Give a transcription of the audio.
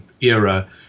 era